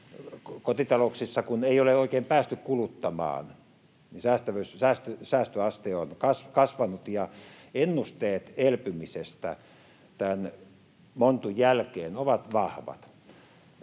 kotitalouksissa ei ole oikein päästy kuluttamaan, niin säästöaste on kasvanut ja ennusteet elpymisestä tämän montun jälkeen ovat vahvat.